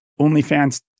OnlyFans